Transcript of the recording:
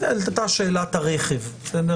עלתה שאלת הרכב, בסדר?